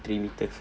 three metre